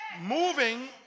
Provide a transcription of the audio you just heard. moving